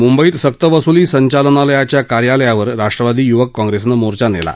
मुंबईत सक्त वसुली संचालनालयाच्या कार्यालयावर राष्ट्रवादी युवक कॉंप्रेसनं मोर्चा नेला